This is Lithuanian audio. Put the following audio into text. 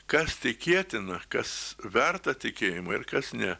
kas tikėtina kas verta tikėjimo ir kas ne